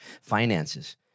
finances